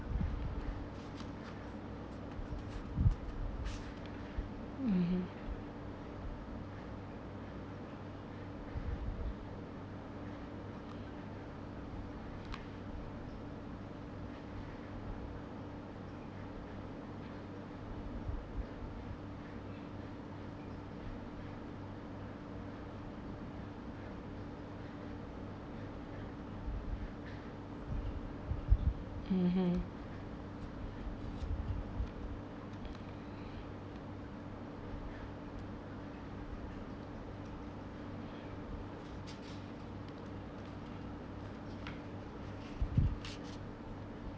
mmhmm mmhmm